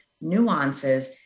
nuances